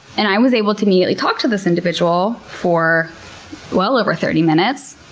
and i was able to immediately talk to this individual for well over thirty minutes.